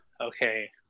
Okay